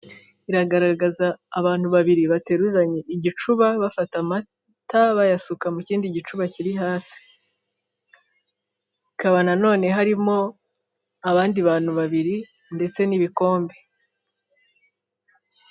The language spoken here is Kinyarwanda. Iragaragaza abantu babiri bateruranye igicuba, bafata amata bayasuka mu kindi gicuba kiri hasi, hakaba nanone harimo abandi bantu babiri ndetse n'ibikombe.